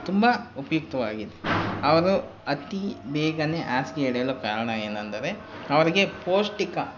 ತುಂಬ ಉಪಯುಕ್ತವಾಗಿದೆ ಅವರು ಅತೀ ಬೇಗನೆ ಹಾಸ್ಗೆ ಹಿಡಿಯಲು ಕಾರಣ ಏನಂದರೆ ಅವರಿಗೆ ಪೌಷ್ಟಿಕ